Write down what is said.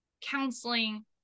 counseling